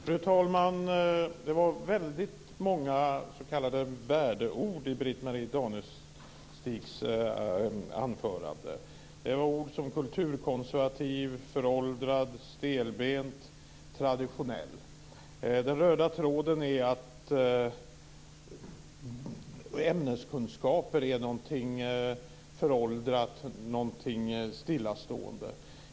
Fru talman! Det var väldigt många s.k. värdeord i Britt-Marie Danestigs anförande. Där fanns ord som kulturkonservativ, föråldrad, stelbent och traditionell. En röd tråd är att ämneskunskaper är någonting föråldrat och stillastående.